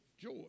joy